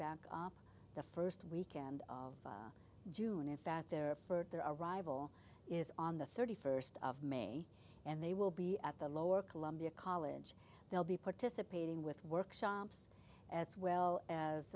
back up the first weekend of june in fact their for their arrival is on the thirty first of may and they will be at the lower columbia college they'll be participating with workshops as well